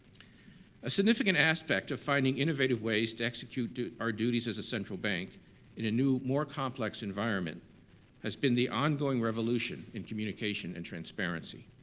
a significant aspect of finding innovative ways to execute our duties as a central bank in a new, more complex environment has been the ongoing revolution in communication and transparency.